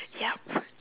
yup